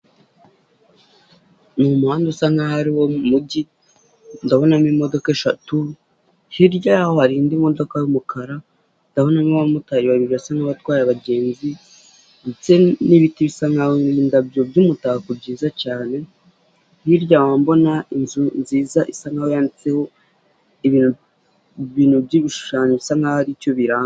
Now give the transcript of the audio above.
Ni umuhanda usa nk'aho ari uwo mujyi, ndabonamo imodoka eshatu, hirya yaho hari indi modoka y'umukara, ndabonamo abamotari bibiri basa nk'abatwaye abagenzi ndetse n'ibiti bisa nk'aho birimo indabyo by'umutako byiza cyane, hirya wa mbona inzu nziza isa nkaho yanditseho ibintu byibishushanyo bisa nkaho hari cyo biranga.